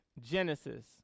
Genesis